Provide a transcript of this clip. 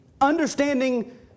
understanding